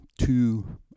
two